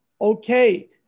okay